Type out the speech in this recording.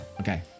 okay